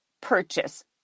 purchase